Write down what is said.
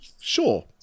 sure